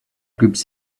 groups